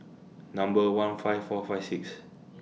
Number one five four five six